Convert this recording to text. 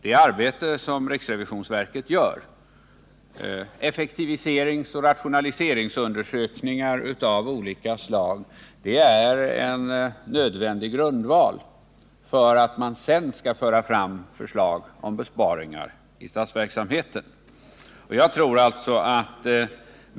Det arbete som riksrevisionsverket gör — effektiviseringsoch rationaliseringsundersökningar av olika slag — är en nödvändig grundval för att kunna föra fram förslag till besparingar i statsverksamheten.